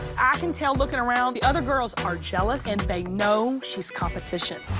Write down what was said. i can tell looking around the other girls are jealous and they know she's competition.